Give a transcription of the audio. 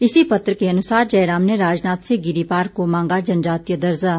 इसी पत्र के अनुसार जयराम ने राजनाथ से गिरीपार को मांगा जनजातीय दर्जा